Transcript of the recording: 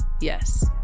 Yes